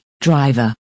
driver